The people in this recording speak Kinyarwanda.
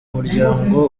muryango